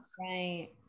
right